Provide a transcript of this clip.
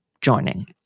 joining